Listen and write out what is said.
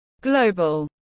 Global